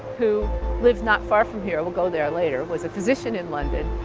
who lived not far from here we'll go there later was a physician in london,